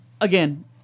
again